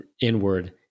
inward